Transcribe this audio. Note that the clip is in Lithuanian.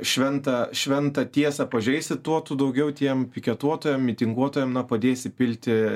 šventą šventą tiesą pažeisi tuo tu daugiau tiems piketuotojam mitinguotojam na padėsi pilti